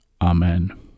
Amen